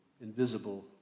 invisible